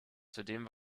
zudem